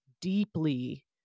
deeply